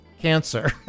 cancer